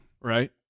Right